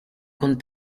con